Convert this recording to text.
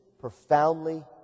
profoundly